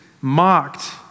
mocked